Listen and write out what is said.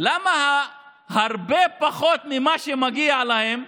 למה זה הרבה פחות ממה שמגיע להם,